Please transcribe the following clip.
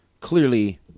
clearly